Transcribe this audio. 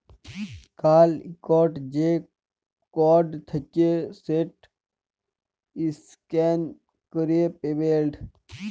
কাল ইকট যে কড থ্যাকে সেট ইসক্যান ক্যরে পেমেল্ট